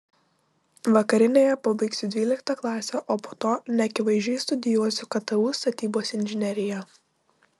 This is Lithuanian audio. vakarinėje pabaigsiu dvyliktą klasę o po to neakivaizdžiai studijuosiu ktu statybos inžineriją